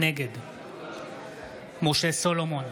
נגד משה סולומון,